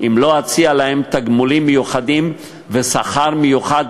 אם לא אציע להם תגמולים מיוחדים ושכר מיוחד,